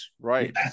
right